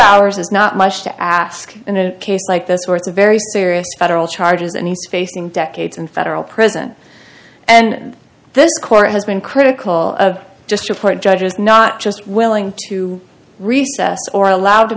hours is not much to ask in a case like this where it's a very serious federal charges and he's facing decades in federal prison and this court has been critical of just appoint judges not just willing to recess or allowed to